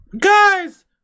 Guys